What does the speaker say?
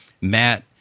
Matt